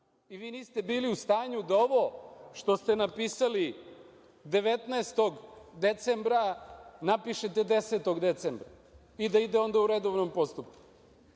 i vi niste bili u stanju da ovo što ste napisali 19. decembra napišete 10. decembra i da onda ide u redovnom postupku.